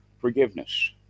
forgiveness